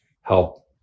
help